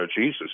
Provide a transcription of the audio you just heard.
Jesus